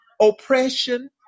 oppression